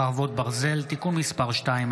חרבות ברזל) (תיקון מס' 2),